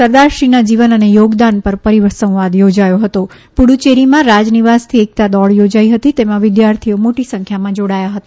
સરદારશ્રીના જીવન અને યોગદાન પર પરિસંવાદ યોજાયો હતો પુડચેરીમાં રાજનિવાસથી એકતા દોડ યોજાઇ હતી તેમાં વિદ્યાર્તીઓ મોટી સંખ્યામાં જોડાયા હતા